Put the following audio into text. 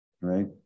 right